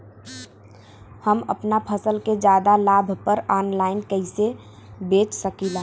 हम अपना फसल के ज्यादा लाभ पर ऑनलाइन कइसे बेच सकीला?